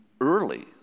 early